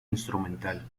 instrumental